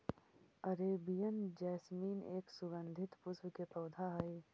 Arabian jasmine एक सुगंधित पुष्प के पौधा हई